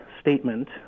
statement